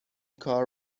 کار